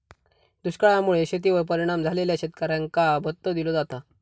दुष्काळा मुळे शेतीवर परिणाम झालेल्या शेतकऱ्यांका भत्तो दिलो जाता